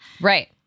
right